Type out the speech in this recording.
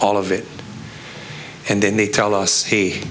all of it and then they tell us